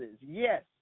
yes